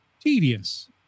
tedious